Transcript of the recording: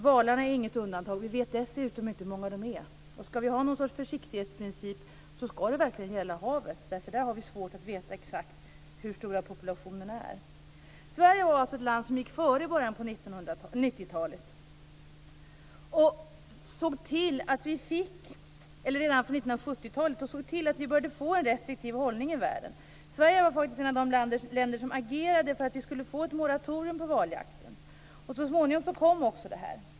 Valarna är inget undantag. Vi vet dessutom inte hur många de är. Om vi skall ha någon sorts försiktighetsprincip skall det verkligen gälla havet, eftersom vi har svårt att veta exakt hur stor populationen är. Sverige var alltså ett land som gick före redan på 70-talet och fram till början av 90-talet och såg till att vi började få en restriktiv hållning i världen. Sverige var faktiskt ett av de länder som agerade för att vi skulle få ett moratorium på valjakten. Och så småningom kom också detta.